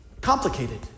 complicated